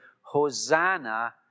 Hosanna